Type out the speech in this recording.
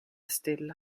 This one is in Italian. stella